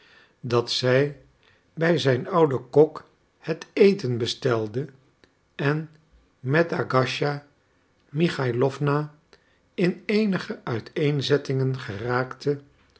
dat zij bij zijn ouden kok het eten bestelde en met agasija michaïlowna in eenige uiteenzettingen geraakte